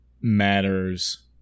matters